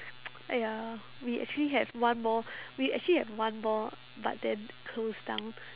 !aiya! we actually have one more we actually have one more but then it closed down